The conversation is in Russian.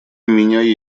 меня